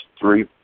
three